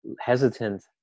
hesitant